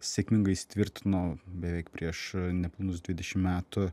sėkmingai įsitvirtino beveik prieš nepilnus dvidešim metų